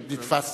שנתפס,